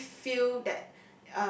really feel that